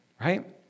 right